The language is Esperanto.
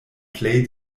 plej